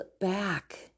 back